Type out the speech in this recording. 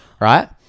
right